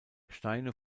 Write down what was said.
steine